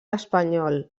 espanyol